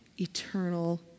eternal